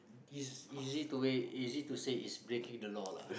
is easy to way easy to say is breaking the law lah